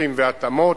ללקחים ולהתאמות,